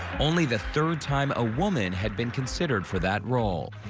only the third time a woman had been considered for that role.